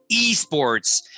eSports